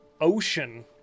ocean